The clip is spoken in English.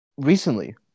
Recently